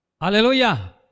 Hallelujah